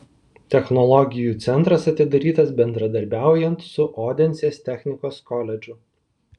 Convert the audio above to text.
technologijų centras atidarytas bendradarbiaujant su odensės technikos koledžu